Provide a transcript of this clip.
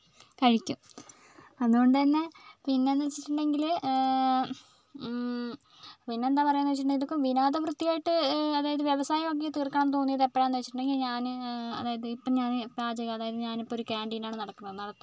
കഴിക്കും അതുകൊണ്ട് തന്നെ പിന്നെ എന്ന് വെച്ചിട്ടുണ്ടെങ്കിൽ പിന്നെ എന്താണ് പറയുക എന്ന് വെച്ചിട്ടുണ്ടെങ്കിൽ ഇത് ഓക്കെ വിനോദവൃത്തി ആയിട്ട് അതായത് വ്യവസായം ആക്കി തീർക്കാൻ തോന്നിയത് എപ്പോഴാണെന്ന് വെച്ചിട്ടുണ്ടെങ്കിൽ ഞാന് അതായത് ഇപ്പം ഞാൻ പാചകം അതായത് ഞാനിപ്പം ഒരു ക്യാന്റീൻ ആണ് നടക്കണത് നടത്തുന്നത്